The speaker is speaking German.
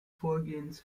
vorgehens